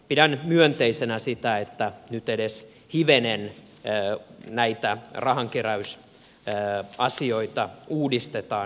pidän myönteisenä sitä että nyt edes hivenen näitä rahankeräysasioita uudistetaan